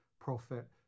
prophet